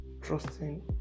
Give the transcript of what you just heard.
trusting